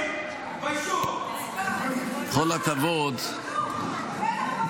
חבר הכנסת שטרן.